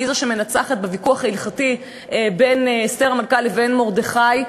והיא זו שמנצחת בוויכוח ההלכתי בינה לבין מרדכי.